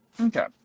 Okay